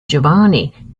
giovanni